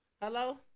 Hello